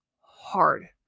hard